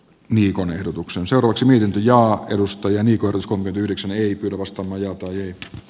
niilon ehdotuksen seuraksi viilin ja edustaja nikotuskohde yhdeksän ei arvosta majoittui